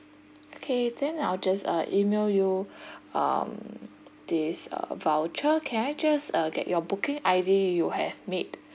okay then I'll just uh email you um this uh voucher can I just uh get your booking I_D you have made